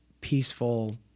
peaceful